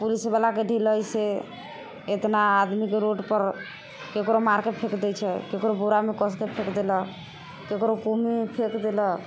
पुलिसवला के ढिलैसँ एतना आदमीके रोडपर ककरो मारिके फेक दै छै ककरो बोरामे कसके फेक देलक ककरो कुएँमे फेक देलक